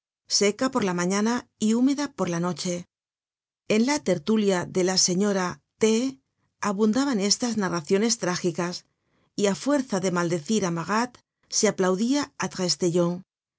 seca por la mañana y húmeda por la noche en la tertulia de la señora t abundaban estas narraciones trágicas y á fuerza de maldecir á marat se aplaudia á